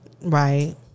Right